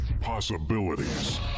possibilities